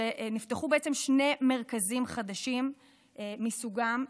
נפתחו בעצם שני מרכזים חדשים מסוגם.